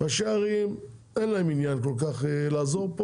לראשי הערים אין כל כך עניין לעזור פה,